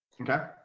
okay